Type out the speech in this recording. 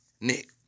Nick